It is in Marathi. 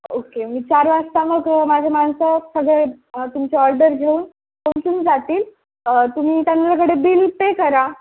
ओके मी चार वाजता मग माझ्या माणसं सगळे तुमचे ऑर्डर घेऊन पोचून जातील तुम्ही त्यांच्याकडे बिल पे करा